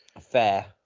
Fair